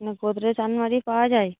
গোদরেজ আলমারি পাওয়া যায়